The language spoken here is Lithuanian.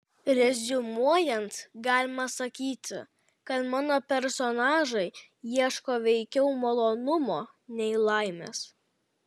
reziumuojant galima sakyti kad mano personažai ieško veikiau malonumo nei laimės